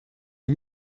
die